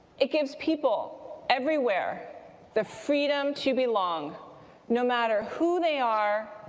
it gives people everywhere the freedom to belong no matter who they are,